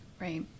Right